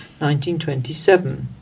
1927